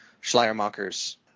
Schleiermacher's